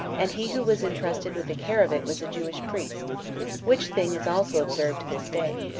and he who was entrusted with the care of it was a jewish priest which thing is also observed to this day.